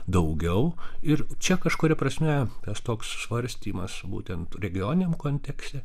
daugiau ir čia kažkuria prasme tas toks svarstymas būtent regioniniam kontekste